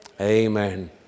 amen